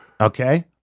okay